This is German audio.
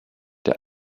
der